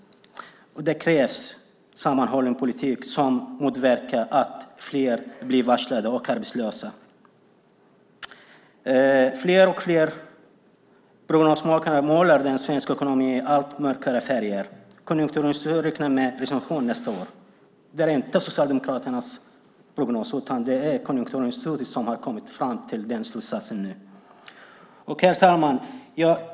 Det krävs en sammanhållen politik som motverkar att fler blir varslade och arbetslösa. Fler och fler av prognosmakarna målar den svenska ekonomin i allt mörkare färger. Konjunkturinstitutet räknar med recession nästa år. Det är inte Socialdemokraternas prognos, utan det är Konjunkturinstitutet som har kommit fram till den slutsatsen. Herr talman!